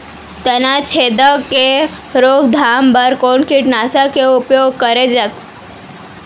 तनाछेदक के रोकथाम बर कोन कीटनाशक के उपयोग करे जाये?